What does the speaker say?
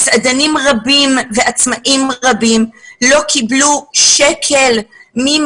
מסעדנים רבים ועצמאים רבים לא קיבלו שקל מחודש